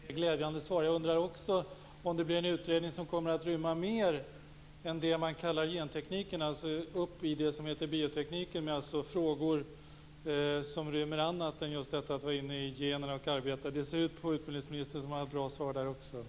Herr talman! Det var ett mycket bra och glädjande svar. Jag undrar också om utredningen kommer att rymma mer än det man kallar genteknik, alltså även det som kallas bioteknik. Utbildningsministern ser ut att ha ett bra svar också på den frågan.